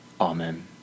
Amen